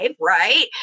right